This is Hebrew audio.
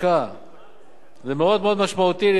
זה מאוד מאוד משמעותי לעניין טיפול בדירות רפאים.